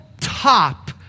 top